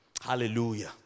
Hallelujah